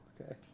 okay